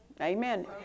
Amen